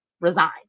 resign